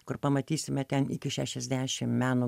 kur pamatysime ten iki šešiasdešim meno